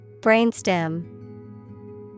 Brainstem